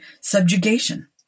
subjugation